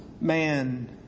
man